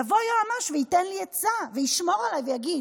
יבוא יועמ"ש וייתן לי עצה, ישמור עליי ויגיד: